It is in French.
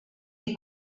est